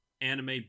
anime